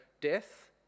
death